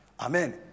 Amen